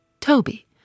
Toby